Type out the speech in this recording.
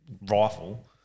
rifle